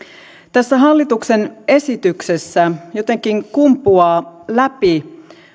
tässä hallituksen esityksessä jotenkin kumpuaa läpi